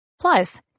Plus